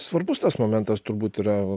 svarbus tas momentas turbūt yra